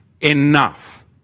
enough